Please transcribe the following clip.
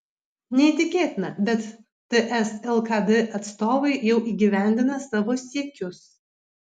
neįtikėtina bet ts lkd atstovai jau įgyvendina savo siekius